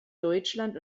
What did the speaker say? deutschland